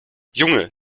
junge